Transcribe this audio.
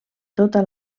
tota